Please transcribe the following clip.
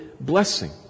blessing